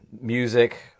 music